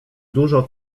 dużo